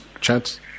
chats